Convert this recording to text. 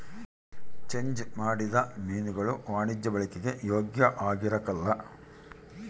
change ಮಾಡಿದ ಮೀನುಗುಳು ವಾಣಿಜ್ಯ ಬಳಿಕೆಗೆ ಯೋಗ್ಯ ಆಗಿರಕಲ್ಲ